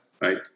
right